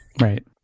Right